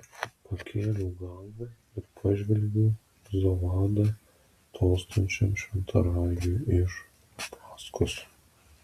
pakėliau galvą ir pažvelgiau zovada tolstančiam šventaragiui iš paskos